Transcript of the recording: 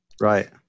Right